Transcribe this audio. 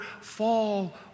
fall